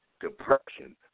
depression